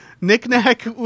knick-knack